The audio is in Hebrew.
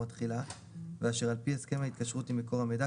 התחילה ואשר על פי הסכם ההתקשרות עם מקור המידע,